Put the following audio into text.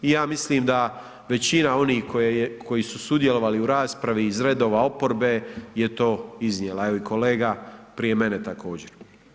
I ja mislim da većina onih koji su sudjelovali u raspravi iz redova oporbe je to iznijela, evo i kolega prije mene također.